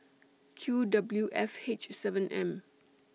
Q W F H seven M